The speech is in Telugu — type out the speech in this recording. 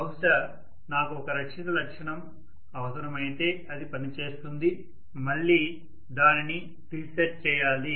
బహుశా నాకు ఒక రక్షిత లక్షణం అవసరమైతే అది పనిచేస్తుంది మళ్ళీ దానిని రీసెట్ చేయాలి